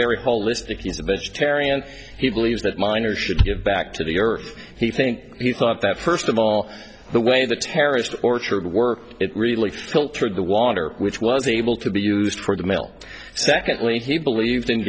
very holistic he's a vegetarian he believes that miners should give back to the earth he think he thought that first of all the way the terrorist or should work it really filtered the water which was able to be used for the male secondly he believed in